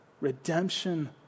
Redemption